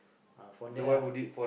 uh from there ah